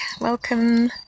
welcome